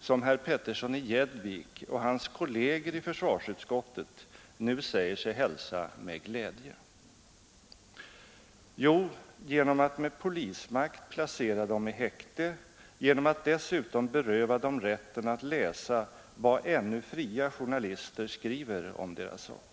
som herr Petersson i Gäddvik och hans kolleger i försvarsutskottet nu säger sig hälsa med glädje? Jo, genom att med polismakt placera dem i häkte, genom att dessutom beröva dem rätten att läsa vad ännu fria journalister skriver om deras sak.